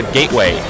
Gateway